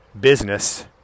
business